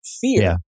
Fear